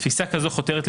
תפיסה כזו חותרת,